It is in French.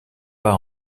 pas